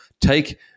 take